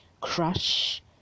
Crush